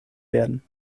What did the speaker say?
werden